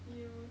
you